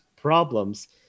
problems